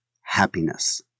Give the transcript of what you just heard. happiness